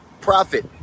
Profit